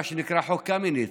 מה שנקרא חוק קמיניץ.